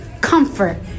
comfort